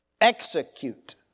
execute